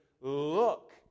look